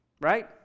Right